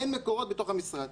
אין מקורות בתוך המשרד.